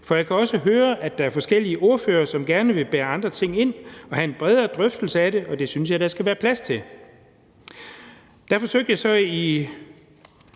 for jeg kan også høre, at der er forskellige ordførere, som gerne vil bære andre ting ind og have en bredere drøftelse af det, og det synes jeg der skal være plads til. Da vi i oktober fik